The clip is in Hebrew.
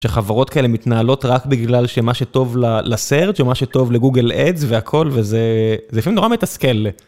שחברות כאלה מתנהלות רק בגלל שמה שטוב לסרצ', שמה שטוב לגוגל אדס והכל וזה, זה לפעמים נורא מתסכל.